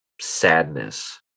sadness